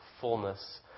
fullness